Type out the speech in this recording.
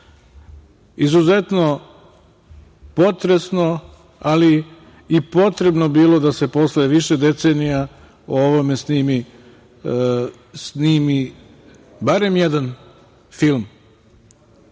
izuzetno potresno, ali i potrebno bilo da se posle više decenija o ovome snimi barem jedan